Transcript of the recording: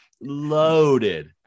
loaded